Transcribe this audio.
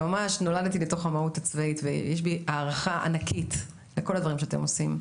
נולדתי לתוך המהות הצבאית ויש בי הערכה ענקית לכל הדברים שאתם עושים.